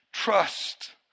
Trust